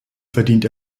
verdient